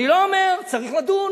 אני לא אומר, צריך לדון.